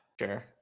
sure